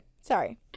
Sorry